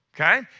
Okay